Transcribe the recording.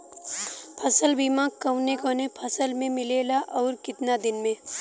फ़सल बीमा कवने कवने फसल में मिलेला अउर कितना दिन में?